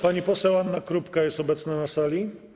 Pani poseł Anna Krupka jest obecna na sali?